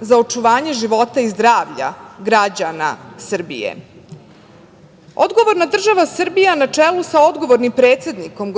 za očuvanje života i zdravlja građana Srbije. Odgovorna država Srbija na čelu sa odgovornim predsednikom,